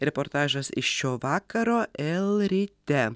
reportažas iš šio vakaro lryte